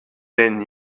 den